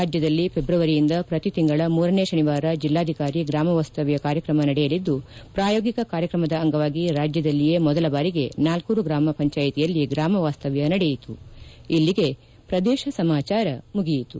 ರಾಜ್ಯದಲ್ಲಿ ಫೆಬ್ರವರಿಯಿಂದ ಪ್ರತೀ ತಿಂಗಳ ಮೂರನೇ ಶನಿವಾರ ಜಿಲ್ಲಾಧಿಕಾರಿ ಗ್ರಾಮ ವಾಸ್ತವ್ಯ ಕಾರ್ಯಕ್ರಮ ನಡೆಯಲಿದ್ದು ಪ್ರಾಯೋಗಿಕ ಕಾರ್ಯಕ್ರಮದ ಅಂಗವಾಗಿ ರಾಜ್ಯದಲ್ಲಿಯೇ ಮೊದಲ ಬಾರಿಗೆ ನಾಲ್ಕೂರು ಗ್ರಾಮ ಪಂಚಾಯತಿಯಲ್ಲಿ ಗ್ರಾಮ ವಾಸ್ತವ್ಯ ನಡೆಯಿತು